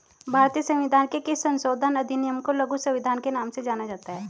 भारतीय संविधान के किस संशोधन अधिनियम को लघु संविधान के नाम से जाना जाता है?